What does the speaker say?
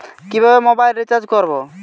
কিভাবে mobile recharge করব?